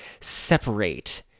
separate